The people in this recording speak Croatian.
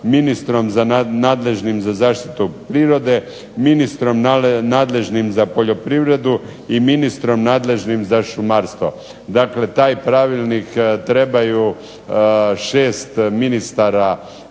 ministrom nadležnim za zaštitu prirode, ministrom nadležnim za poljoprivredu i ministrom nadležnim za šumarstvo. Dakle, taj pravilnik trebaju šest ministara